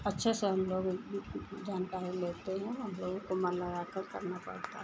अच्छे से हमलोग जानकारी लेते हैं और लोगों को मन लगाकर करना पड़ता है